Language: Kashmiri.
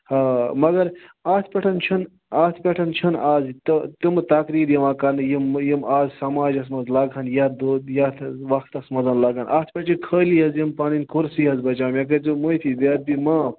ہاں مگر اَتھ پٮ۪ٹھ چھُنہٕ اَتھ پٮ۪ٹھ چھُنہٕ آز تِم تقریٖب یِوان کَرنہٕ یِم یِم آز سَماجَس مَنٛز لَگہَن یَتھ دۄ یَتھ وَقتَس مَنٛز لَگَن اَتھ مَنٛز چھِ خٲلی حظ یِم پَنٕنۍ کُرسی حظ بچاوان مےٚ تھٲے زیو معافی بے ادبی معاف